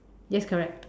yes correct